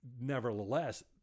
nevertheless